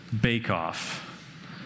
bake-off